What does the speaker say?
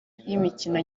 y’imikino